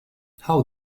how